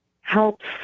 helps